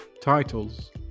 titles